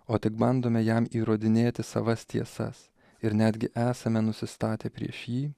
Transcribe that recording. o tik bandome jam įrodinėti savas tiesas ir netgi esame nusistatę prieš jį